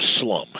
slum